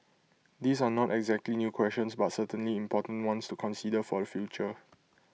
these are not exactly new questions but certainly important ones to consider for the future